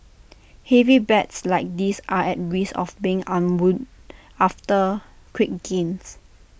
heavy bets like this are at risk of being unwound after quick gains